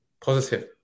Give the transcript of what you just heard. positive